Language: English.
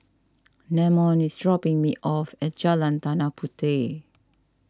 Namon is dropping me off at Jalan Tanah Puteh